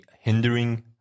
hindering